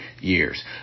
years